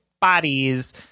bodies